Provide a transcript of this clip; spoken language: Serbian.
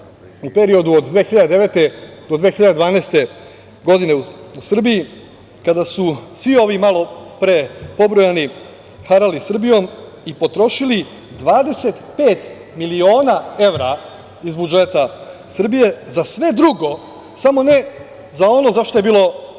u periodu od 2009. do 2012. godine u Srbiji, kada su svi ovi malopre pobrojani harali Srbijom i potrošili 25 miliona evra iz budžeta Srbije za sve drugo, samo ne za ono za šta je bilo